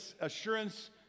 assurance